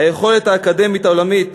היכולות האקדמיות העולמיות